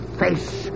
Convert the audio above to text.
face